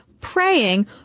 praying